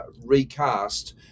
recast